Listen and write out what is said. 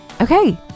Okay